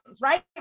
right